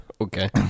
Okay